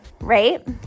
right